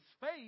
faith